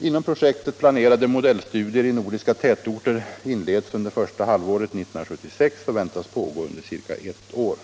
Inom projektet planerade modellstudier i nordiska tätorter inleds under första halvåret 1976 och väntas pågå under ca ett år.